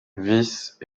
vice